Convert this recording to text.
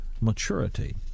maturity